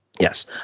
Yes